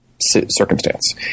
circumstance